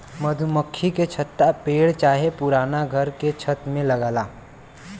मधुमक्खी के छत्ता पेड़ चाहे पुराना घर के छत में लगला